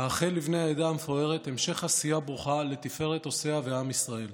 אאחל לבני העדה המפוארת המשך עשייה ברוכה לתפארת עושיה ועם ישראל.